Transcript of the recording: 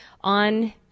on